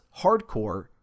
hardcore